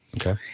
Okay